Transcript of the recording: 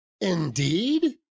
indeed